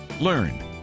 Learn